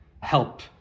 help